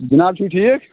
جناب چھِو ٹھیٖک